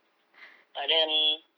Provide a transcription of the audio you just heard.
but then